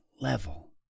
level